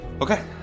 Okay